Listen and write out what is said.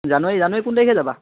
জানুৱাৰী জানুৱাৰী কোন তাৰিখে যাবা